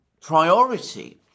priority